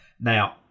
Now